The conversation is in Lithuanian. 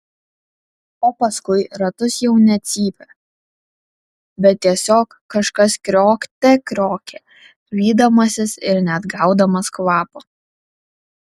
o paskui ratus jau ne cypė bet tiesiog kažkas kriokte kriokė vydamasis ir neatgaudamas kvapo